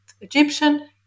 Egyptian